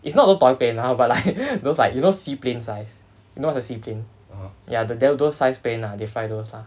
it's not the toy plane ah but like those like you know seaplane size you know what's a seaplane ya the all those size plane ah they fly those lah